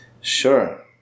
Sure